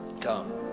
come